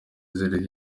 ziriho